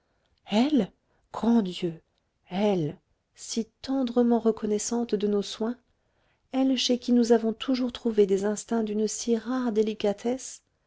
elle grand dieu elle si tendrement reconnaissante de nos soins elle chez qui nous avons toujours trouvé des instincts d'une si rare délicatesse